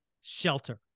shelter